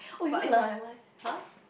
but in my mind [huh]